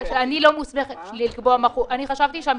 אני לא מוסמכת לקבוע אני חשבתי שלא